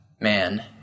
man